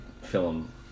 film